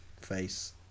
Face